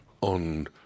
on